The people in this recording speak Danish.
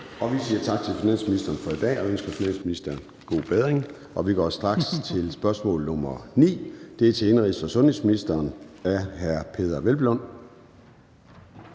Vi siger tak til finansministeren for i dag og ønsker finansministeren god bedring. Vi går straks til spørgsmål nr. 9, som er til indenrigs- og sundhedsministeren af hr. Peder Hvelplund.